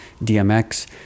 DMX